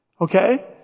Okay